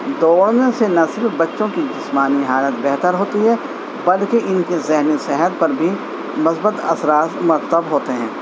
دوڑنے سے نہ صرف بچوں کی جسمانی حالت بہتر ہوتی ہے بلکہ ان کی ذہنی صحت پر بھی مثبت اثرات مرتب ہوتے ہیں